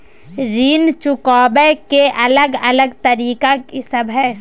ऋण चुकाबय के अलग अलग तरीका की सब हय?